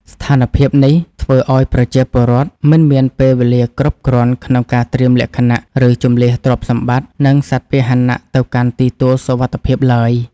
ស្ថានភាពនេះធ្វើឱ្យប្រជាពលរដ្ឋមិនមានពេលវេលាគ្រប់គ្រាន់ក្នុងការត្រៀមលក្ខណៈ ឬជម្លៀសទ្រព្យសម្បត្តិ និងសត្វពាហនៈទៅកាន់ទីទួលសុវត្ថិភាពឡើយ។